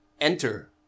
enter